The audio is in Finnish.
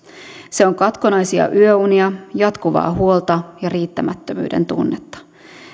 se on katkonaisia yöunia jatkuvaa huolta ja riittämättömyyden tunnetta